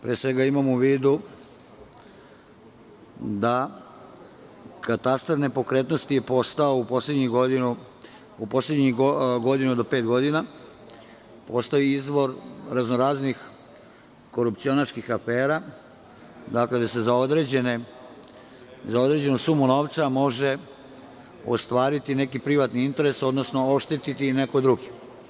Pre svega, imam u vidu da je katastar nepokretnosti postao u poslednjih godinu do pet godina izvor raznoraznih korupcionaških afera, dakle, da se za određenu sumu novca može ostvariti neki privatni interes, odnosno oštetiti neko drugi.